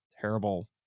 terrible